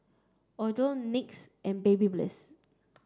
Odlo NYX and Babyliss